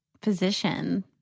position